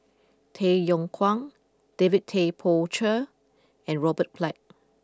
Tay Yong Kwang David Tay Poey Cher and Robert Black